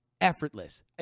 Effortless